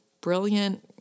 brilliant